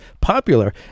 popular